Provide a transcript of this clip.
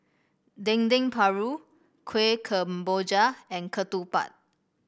Dendeng Paru Kueh Kemboja and ketupat